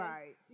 Right